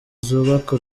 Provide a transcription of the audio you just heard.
zubaka